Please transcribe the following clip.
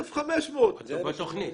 זה בתוכנית.